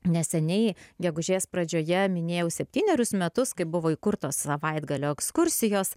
neseniai gegužės pradžioje minėjau septynerius metus kai buvo įkurtos savaitgalio ekskursijos